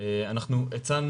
פשוט